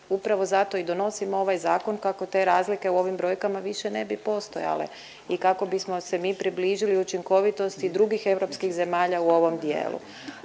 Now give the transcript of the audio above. upravo zato i donosimo ovaj zakon kako te razlike u ovim brojkama više ne bi postojale i kako bismo se mi približili učinkovitosti drugih europskih zemalja u ovom dijelu.